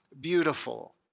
beautiful